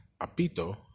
Apito